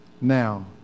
Now